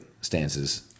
stances